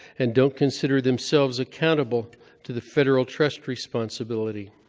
and don't consider themselves accountable to the federal trust responsibility.